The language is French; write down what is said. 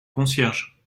concierge